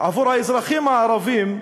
עבור האזרחים הערבים,